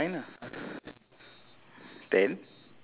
K you hold on ah I put my phone on the table